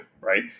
right